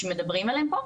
שמדברים עליהם פה,